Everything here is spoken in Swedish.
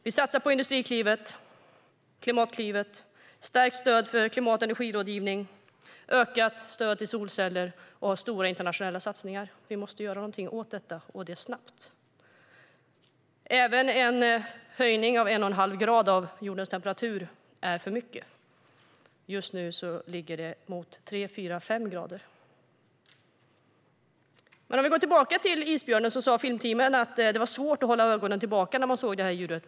Vi satsar på Industriklivet, på Klimatklivet, på stärkt stöd för klimat och energirådgivning, på ökat stöd till solceller. Vi gör också stora internationella satsningar. Vi måste göra någonting åt detta och det snabbt. Även en höjning med 1,5 grader av jordens temperatur är för mycket. Just nu ligger den på 3-5 grader. Jag går tillbaka till isbjörnen. Filmteamet sa att det hade varit svårt att hålla tårarna tillbaka när man såg djuret.